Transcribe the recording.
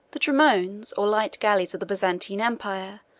the dromones, or light galleys of the byzantine empire,